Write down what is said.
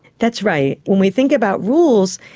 that's right. when we think about rules,